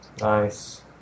Nice